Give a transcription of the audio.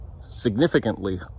significantly